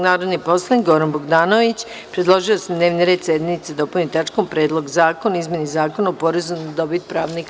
Narodni poslanik Goran Bogdanović, predložio je da se dnevni red sednice dopuni tačkom – Predlog zakona o izmeni Zakona o porezu na dobit pravnih lica.